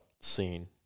scene